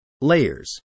Layers